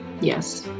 Yes